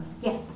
Yes